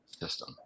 system